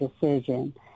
decision